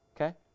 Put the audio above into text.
Okay